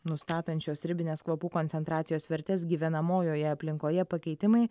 nustatančios ribinės kvapų koncentracijos vertes gyvenamojoje aplinkoje pakeitimai